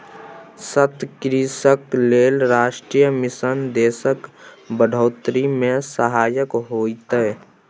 सतत कृषिक लेल राष्ट्रीय मिशन देशक बढ़ोतरी मे सहायक होएत